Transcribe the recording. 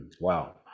wow